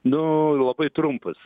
nu labai trumpas